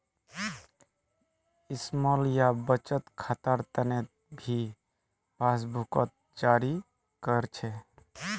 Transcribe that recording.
small या बचत खातार तने भी पासबुकक जारी कर छे